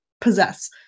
possess